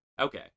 Okay